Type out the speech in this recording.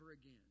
again